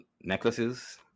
necklaces